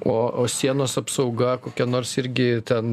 o o sienos apsauga kokia nors irgi ten